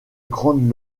grandes